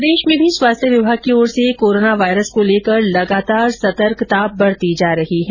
राज्य में भी स्वास्थ्य विभाग की ओर से कोरोना वाइरस को लेकर लगातार सतर्कता बरती जा रही है